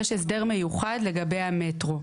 יש הסדר מיוחד לגבי המטרו.